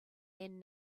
then